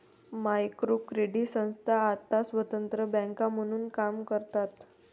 micro credit संस्था आता स्वतंत्र बँका म्हणून काम करतात